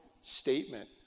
statement